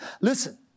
listen